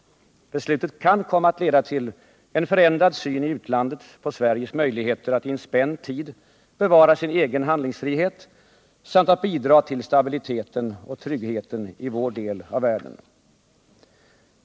Beslutet kan komma att leda till en förändrad syn i utlandet på Sveriges möjligheter att i en spänd tid bevara sin egen handlingsfrihet samt att bidraga till stabiliteten och tryggheten i vår del av världen.